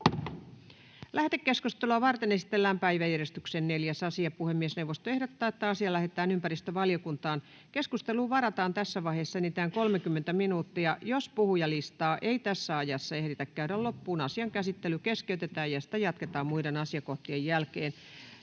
Lähetekeskustelua varten esitellään päiväjärjestyksen 5. asia. Puhemiesneuvosto ehdottaa, että asia lähetetään liikenne- ja viestintävaliokuntaan. Keskusteluun varataan tässä vaiheessa enintään 30 minuuttia. Jos puhujalistaa ei tässä ajassa ehditä käydä loppuun, asian käsittely keskeytetään ja sitä jatketaan muiden asiakohtien jälkeen.